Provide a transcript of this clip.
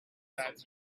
that